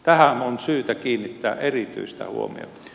tähän on syytä kiinnittää erityistä huomiota